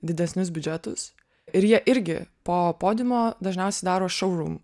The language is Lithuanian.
didesnius biudžetus ir jie irgi po podiumo dažniausiai daro šourum